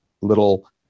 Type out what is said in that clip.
little